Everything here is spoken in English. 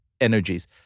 energies